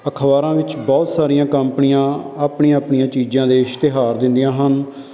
ਅਖਬਾਰਾਂ ਵਿੱਚ ਬਹੁਤ ਸਾਰੀਆਂ ਕੰਪਨੀਆਂ ਆਪਣੀਆਂ ਆਪਣੀਆਂ ਚੀਜ਼ਾਂ ਦੇ ਇਸ਼ਤਿਹਾਰ ਦਿੰਦੀਆਂ ਹਨ